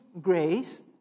grace